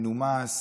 מנומס,